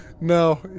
No